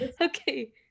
Okay